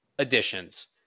additions